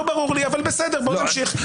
לא ברור לי, אבל בסדר, בואו נמשיך.